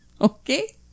Okay